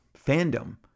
fandom